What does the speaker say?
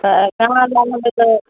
तऽ कहाँ जान हेबै तऽ